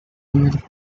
woman